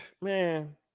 man